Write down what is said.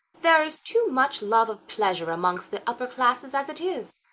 there is too much love of pleasure amongst the upper classes as it is.